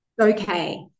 Okay